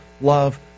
love